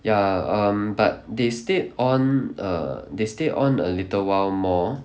ya um but they stayed on err they stay on a little while more